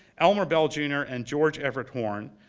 elmer bell jr, and george everett horn,